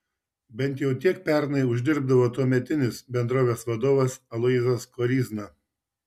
bent jau tiek pernai uždirbdavo tuometinis bendrovės vadovas aloyzas koryzna